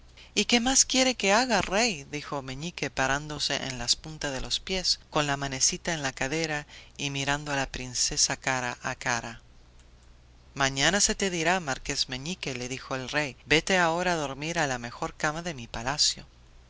y qué más quiere que haga rey dijo meñique parándose en las puntas de los pies con la manecita en la cadera y mirando a la princesa cara a cara mañana se te dirá marqués meñique le dijo el rey vete ahora a dormir a la mejor cama de mi palacio